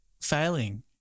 failing